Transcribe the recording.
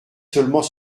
seulement